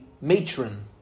matron